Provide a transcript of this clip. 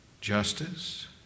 justice